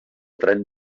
tren